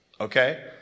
Okay